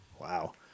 Wow